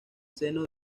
seno